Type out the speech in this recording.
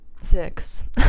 six